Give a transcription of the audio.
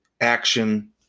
action